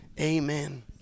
Amen